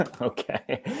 Okay